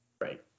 Right